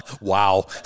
Wow